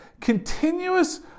Continuous